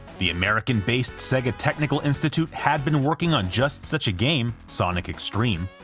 the american-based sega technical institute had been working on just such a game, sonic x-treme,